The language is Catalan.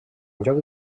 lloc